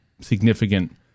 significant